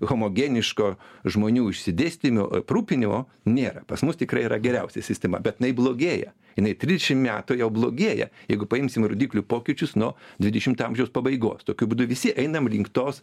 homogeniško žmonių išsidėstymo aprūpinimo nėra pas mus tikrai yra geriausia sistema bet jinai blogėja jinai trisdešim metų jau blogėja jeigu paimsim rodiklių pokyčius nuo dvidešimto amžiaus pabaigos tokiu būdu visi einam link tos